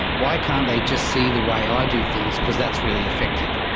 why can't they just see the way i do things, because that's really effective.